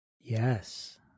Yes